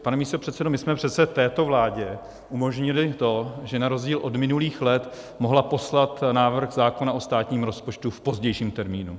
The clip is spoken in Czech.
Pane místopředsedo, my jsme přece této vládě umožnili to, že na rozdíl od minulých let mohla poslat návrh zákona o státním rozpočtu v pozdějším termínu.